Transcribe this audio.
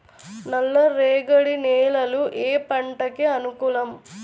నల్ల రేగడి నేలలు ఏ పంటకు అనుకూలం?